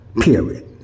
period